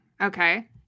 Okay